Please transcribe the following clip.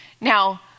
Now